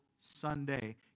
Sunday